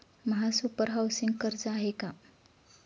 महासुपर हाउसिंग कर्ज आहे का?